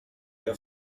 der